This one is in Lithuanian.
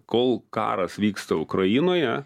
kol karas vyksta ukrainoje